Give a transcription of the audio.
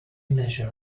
measure